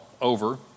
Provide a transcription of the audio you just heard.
over